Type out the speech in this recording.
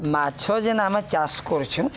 ମାଛ ଯେନ୍ ଆମେ ଚାଷ୍ କରୁଛୁଁ